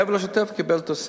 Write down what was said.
מעבר לשוטף הוא קיבל תוספת,